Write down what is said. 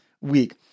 week